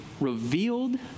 revealed